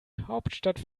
hauptstadt